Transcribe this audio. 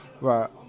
right